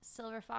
Silverfox